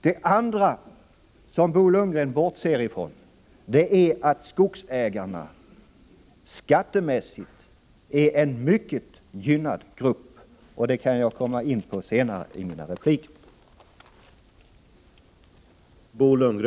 Det andra som Bo Lundgren bortser ifrån är att skogsägarna skattemässigt är en mycket gynnad grupp — det kan jag komma in på senare i mina repliker.